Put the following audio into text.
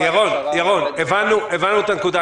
הבנו את הנקודה.